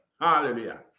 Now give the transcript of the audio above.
Hallelujah